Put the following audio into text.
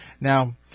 Now